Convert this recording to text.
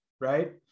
right